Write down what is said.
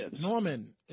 Norman